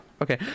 Okay